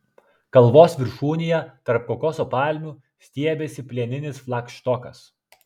kalvos viršūnėje tarp kokoso palmių stiebėsi plieninis flagštokas